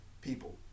people